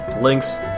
links